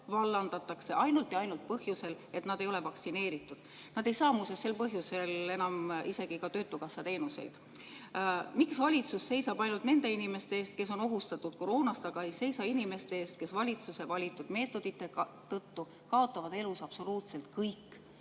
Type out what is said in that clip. vallandatakse, kusjuures ainult ja ainult põhjusel, et nad ei ole vaktsineeritud. Nad ei saa muuseas sel põhjusel enam isegi ka töötukassa teenuseid. Miks valitsus seisab ainult nende inimeste eest, kes on ohustatud koroonast, aga ei seisa inimeste eest, kes valitsuse valitud meetodite tõttu kaotavad elus absoluutselt kõik?